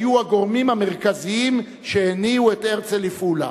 היו הגורמים המרכזיים שהניעו את הרצל לפעולה.